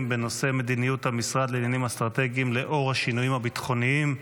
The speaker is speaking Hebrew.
בנושא: מדיניות המשרד לעניינים אסטרטגיים לאור השינויים הביטחוניים.